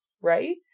right